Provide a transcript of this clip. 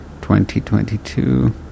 2022